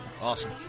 Awesome